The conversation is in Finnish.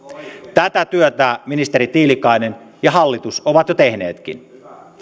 tätä työtä ministeri tiilikainen ja hallitus ovat jo tehneetkin